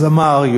זמר,